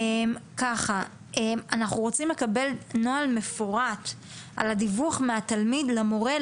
אנחנו רוצים לקבל נוהל מפורט על הדיווח מהתלמיד למורה,